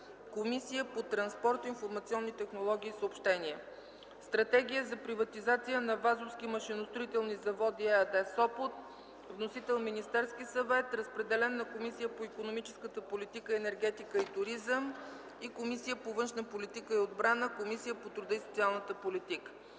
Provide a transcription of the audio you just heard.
Комисията по транспорт, информационни технологии и съобщения. Стратегия за приватизация на „Вазовски машиностроителни заводи” ЕАД – Сопот. Вносител: Министерски съвет. Разпределен е на Комисията по икономическата политика, енергетика и туризъм, Комисията по външна политика и отбрана и Комисията по труда и социалната политика.